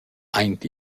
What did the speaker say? aint